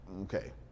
Okay